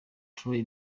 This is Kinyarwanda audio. troy